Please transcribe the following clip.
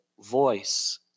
voice